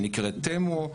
שנקראת Themo.